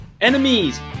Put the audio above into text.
enemies